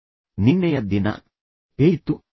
ಮತ್ತು ಇಂದಿನ ದಿನವು ಹೇಗೆ ಪ್ರಾರಂಭವಾಯಿತು